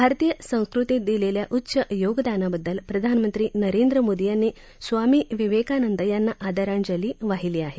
भारतीय संस्कृतीत दिलेल्या उच्च योगदानाबद्दल प्रधानमंत्री नरेंद्र मोदी यांनी स्वामी विवेकानंद यांना आदरांजली वाहिली आहे